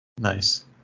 Nice